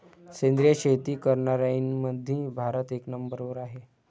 सेंद्रिय शेती करनाऱ्याईमंधी भारत एक नंबरवर हाय